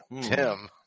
Tim